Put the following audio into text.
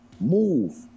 move